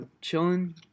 chilling